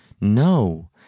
No